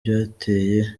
byateye